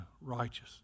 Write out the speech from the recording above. righteous